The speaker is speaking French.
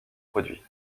produit